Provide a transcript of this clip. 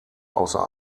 außer